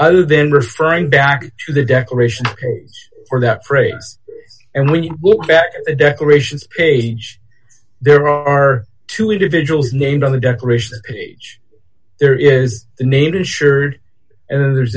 other than referring back to the declaration or that phrase and when you look back at the declarations page there are two individuals named on the declaration page ready there is the named insured and then there's